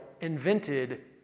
invented